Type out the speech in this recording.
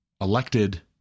elected